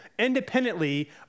independently